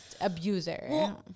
abuser